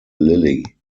lily